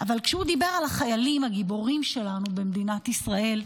אבל כשהוא דיבר על החיילים שלנו הגיבורים שלנו במדינת ישראל,